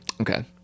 okay